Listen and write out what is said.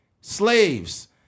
Slaves